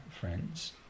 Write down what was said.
friends